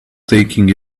taking